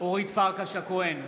אורית פרקש הכהן,